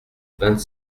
vingt